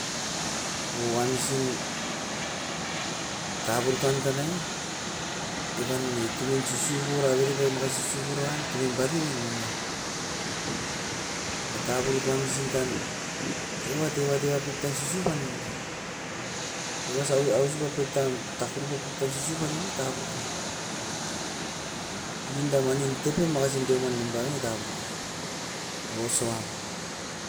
O wamsin. Taburut tan tanai evan ne tumin sisiupu raberabai makasisiu purauan tunam barioven momiou. Na taburut wamsin tan eva, evat, evat pep tan sisiup pan inda. Eva ausipap pep tan takuruma pep tan sisiup pan in'ne taburut era. Inda manin tepem makasin deuman nimpa wan ne taburut era, osoa oin.